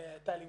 טל עמבר,